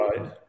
right